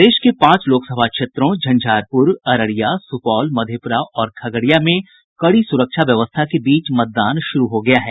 प्रदेश के पांच लोकसभा क्षेत्रों झंझारपुर अररिया सुपौल मधेपुरा और खगड़िया में कड़ी सुरक्षा व्यवस्था के बीच मतदान शुरू हो गया है